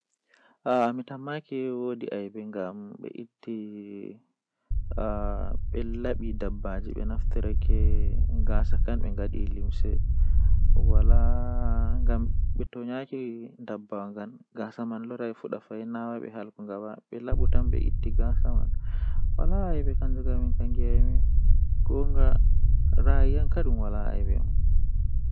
Taalel taalel jannata booyel, Woodi himbeeji hakkilinta be koodeji do himbe jangata koode irin goddo man kondei odon laara koodere don jalinamo, Nyende odon joodi nde kodere man jali kanko fu sei o jali, Sei o wolwini kodere man kodere man nooti m, Emimo dume o yidi ovi kodere man owala ceede oyidi saare o banga debbo o mara bikkoi, Sei kodere man wee mo taa odaama do be lewru oheban ko oyidi fuu nder lewru man ohebi kala ko oyidi fuu onani beldum, Takala mulus.